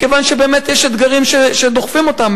מכיוון שבאמת יש אתגרים שדוחפים אותם